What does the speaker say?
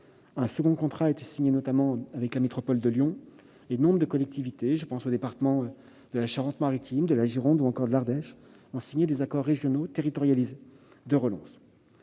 Un deuxième a été signé avec la métropole de Lyon. Nombre de collectivités- je pense aux départements de la Charente-Maritime, de la Gironde et de l'Ardèche -ont signé des accords régionaux territorialisés de relance.